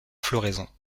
floraison